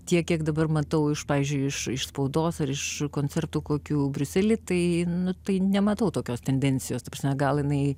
tiek kiek dabar matau iš pavyzdžiui iš spaudos ar iš koncertų kokių briusely tai nu tai nematau tokios tendencijos ta prasme gal jinai